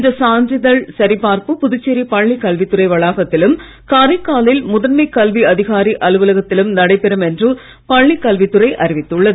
இந்தசான்றிதழ்சரிபார்ப்புபுதுச்சேரிபள்ளிக்கல்வித்துறைவளாகத்திலும் காரைக்காலில்முதன்மைகல்விஅதிகாரிஅலுவலகத்திலும்நடைபெறும்என் றுபள்ளிக்கல்வித்துறைஅறிவித்துள்ளது